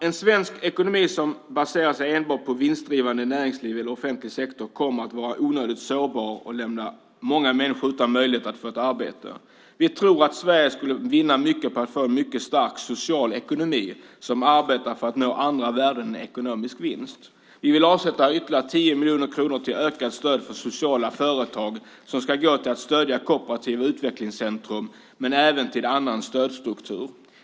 En svensk ekonomi som baserar sig enbart på vinstdrivande näringsliv eller offentlig sektor kommer att vara onödigt sårbar och lämna många människor utan möjlighet att få ett arbete. Vi tror att Sverige skulle vinna mycket på att få en mycket stark social ekonomi som arbetar för att nå andra värden än ekonomisk vinst. Vi vill avsätta ytterligare 10 miljoner kronor till ökat stöd till sociala företag som ska gå till att stödja kooperativa utvecklingscentrum men även till annan stödstruktur.